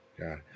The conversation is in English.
God